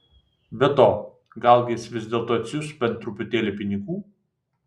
be to galgi jis vis dėlto atsiųs bent truputėlį pinigų